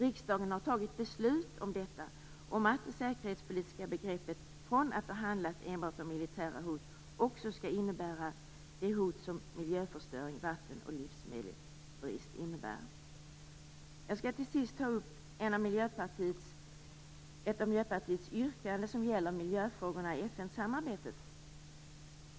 Riksdagen har fattat beslut om att det säkerhetspolitiska begreppet från att ha handlat enbart om militära hot också skall innebära det hot som miljöförstöring, vatten och livsmedelsbrist innebär. Jag skall till sist ta upp ett av Miljöpartiets yrkanden som gäller miljöfrågorna i FN-samarbetet.